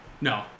No